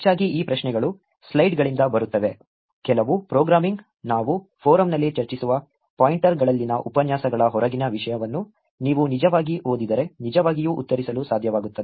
ಹೆಚ್ಚಾಗಿ ಈ ಪ್ರಶ್ನೆಗಳು ಸ್ಲೈಡ್ಗಳಿಂದ ಬರುತ್ತವೆ ಕೆಲವು ಪ್ರೋಗ್ರಾಮಿಂಗ್ ನಾವು ಫೋರಮ್ನಲ್ಲಿ ಚರ್ಚಿಸುವ ಪಾಯಿಂಟರ್ಗಳಲ್ಲಿನ ಉಪನ್ಯಾಸಗಳ ಹೊರಗಿನ ವಿಷಯವನ್ನು ನೀವು ನಿಜವಾಗಿ ಓದಿದರೆ ನಿಜವಾಗಿಯೂ ಉತ್ತರಿಸಲು ಸಾಧ್ಯವಾಗುತ್ತದೆ